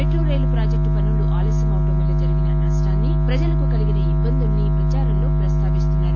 metro rail project పనులు ఆలస్యమవడం వల్ల జరిగిన నష్టాన్ని ప్రజలకు కలిగిన ఇబ్బందులను ప్రదారంలో ప్రస్తావిస్తున్నారు